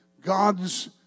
God's